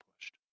pushed